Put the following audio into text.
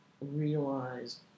realize